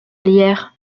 lierre